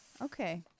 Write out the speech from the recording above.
Okay